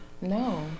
No